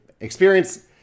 experience